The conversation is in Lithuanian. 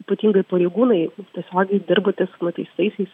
ypatingai pareigūnai tiesiogiai dirbantys su nuteistaisiais